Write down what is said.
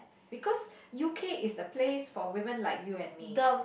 because U_K is the place for women like you and me